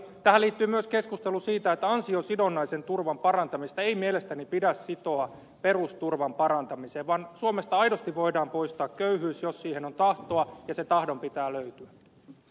tähän liittyy myös keskustelu siitä että ansiosidonnaisen turvan parantamista ei mielestäni pidä sitoa perusturvan parantamiseen vaan suomesta aidosti voidaan poistaa köyhyys jos siihen on tahtoa ja sen tahdon pitää löytyä